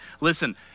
Listen